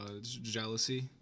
jealousy